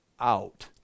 out